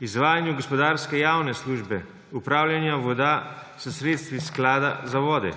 izvajanju gospodarske javne službe, upravljanju voda s sredstvi Sklada za vode.